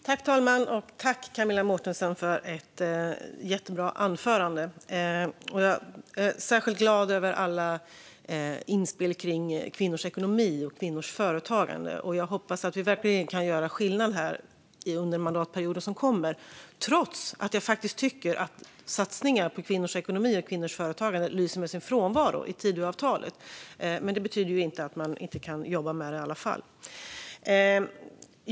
Fru talman! Jag tackar Camilla Mårtensen för ett jättebra anförande! Jag är särskilt glad över alla inspel kring kvinnors ekonomi och kvinnors företagande. Jag hoppas att vi verkligen kan göra skillnad under den mandatperiod som kommer, trots att jag faktiskt tycker att satsningar på kvinnors ekonomi och kvinnors företagande lyser med sin frånvaro i Tidöavtalet. Men det betyder ju inte att man inte kan jobba med det i alla fall.